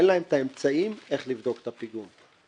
אין להם את האמצעים איך לבדוק את הפיגום.